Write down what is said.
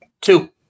Two